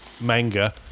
manga